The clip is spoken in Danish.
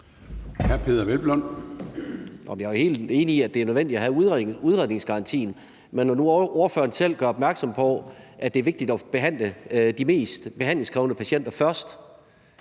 jeg er jo helt enig i, at det er nødvendigt at have udredningsgarantien. Men når nu ordføreren selv gør opmærksom på, at det er vigtigt at behandle de mest behandlingskrævende patienter først,